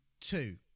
Two